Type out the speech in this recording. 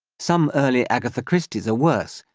some early agatha christies are worse,